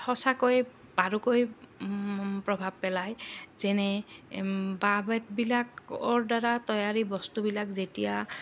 সঁচাকৈ বাৰুকৈ প্ৰভাৱ পেলায় যেনে বাঁহ বেতবিলাকৰ দ্বাৰা তৈয়াৰী বস্তুবিলাক যেতিয়া